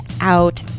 out